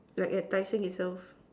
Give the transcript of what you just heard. like at tai-seng itself